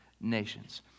nations